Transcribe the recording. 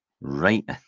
right